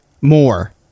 more